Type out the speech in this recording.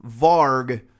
Varg